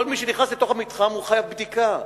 כל מי שנכנס לתוך המתחם חייב בדיקה,